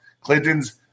Clintons